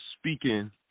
speaking